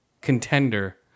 contender